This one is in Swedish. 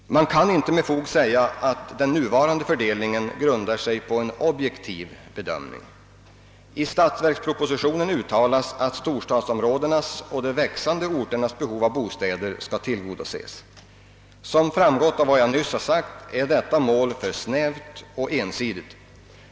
Man kan inte med fog säga att den nuvarande fördelningen grundar sig på en objektiv bedömning. I statsverkspropositionen uttalas att storstadsområdenas och de växande orternas behov av bostäder skall tillgodoses. Som framgått av vad jag nyss sagt är detta mål för snävt och ensidigt.